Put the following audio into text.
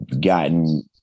gotten